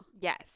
yes